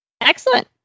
Excellent